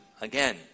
again